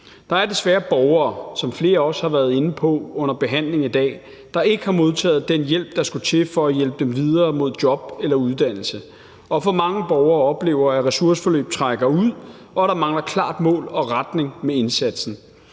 Der er desværre borgere, som flere også har været inde på under behandlingen i dag, der ikke har modtaget den hjælp, der skulle til, for at de kunne komme videre med job eller uddannelse, og for mange borgere oplever, at ressourceforløb trækker ud, og at der mangler klart mål og retning for indsatsen.